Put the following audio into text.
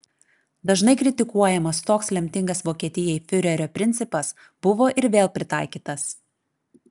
dažnai kritikuojamas toks lemtingas vokietijai fiurerio principas buvo ir vėl pritaikytas